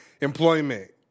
employment